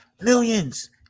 Millions